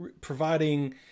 providing